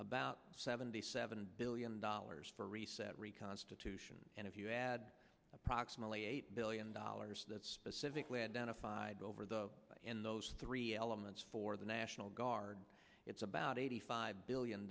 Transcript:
about seventy seven billion dollars for reset reconstitution and if you add approximately eight billion dollars civically identified over the those three elements for the national guard it's about eighty five billion